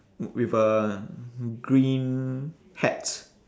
with a green hat